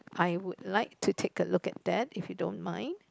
I would like to take a look at that if you don't mind